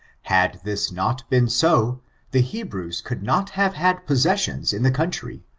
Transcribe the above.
had this not been so the hebrews could not have had possessions in the country,